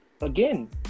again